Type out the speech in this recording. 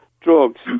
drugs